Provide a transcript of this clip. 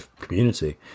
community